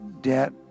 debt